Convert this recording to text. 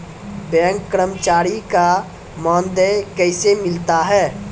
Bank कर्मचारी का मानदेय कैसे मिलता हैं?